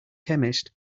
chemist